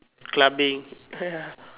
clubbing !aiya!